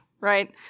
right